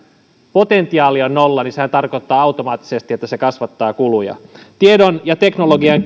potentiaali on nolla niin sehän tarkoittaa automaattisesti että se kasvattaa kuluja tiedon ja teknologian